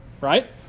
right